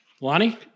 Lonnie